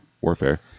warfare